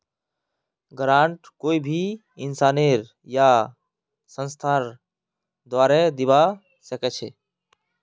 grant कोई भी इंसानेर या संस्थार द्वारे दीबा स ख छ